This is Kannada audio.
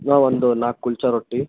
ಇನ್ನೂ ಒಂದು ನಾಲ್ಕು ಕುಲ್ಚಾ ರೊಟ್ಟಿ